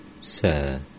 Sir